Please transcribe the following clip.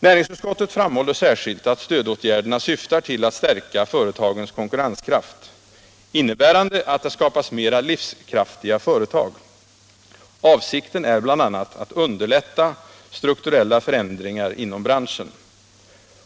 Näringsutskottet framhåller särskilt att stödåtgärderna syftar till att stärka företagens konkurrenskraft, innebärande att det skapas mera livskraftiga företag. Avsikten är bl.a. att underlätta strukturella förändringar inom branschen.